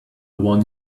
one